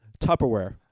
Tupperware